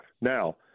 Now